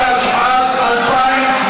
התשע"ז 2017,